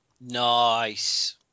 Nice